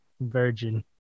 Virgin